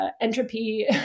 entropy